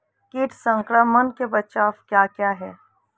कीट संक्रमण के बचाव क्या क्या हैं?